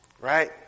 right